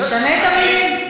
שישנה את המילים.